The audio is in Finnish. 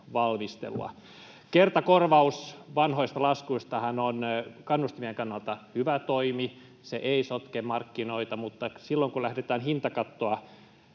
Kertakorvaus vanhoista laskuistahan on kannustimien kannalta hy-vä toimi, joka ei sotke markkinoita, mutta silloin kun lähdetään hintakattoa